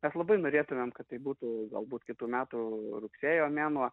mes labai norėtumėm kad tai būtų galbūt kitų metų rugsėjo mėnuo